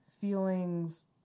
feelings